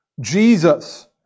Jesus